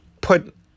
put